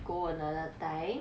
go another time